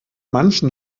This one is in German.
manchen